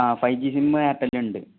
ആ five G sim ആപ്പെല്ലാം ഉണ്ട്